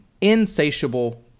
insatiable